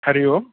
Hari Om